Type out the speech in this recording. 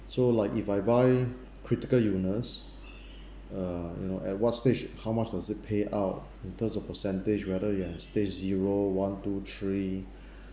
so like if I buy critical illness uh you know at what stage how much does it pay out in terms of percentage whether you are at stage zero one two three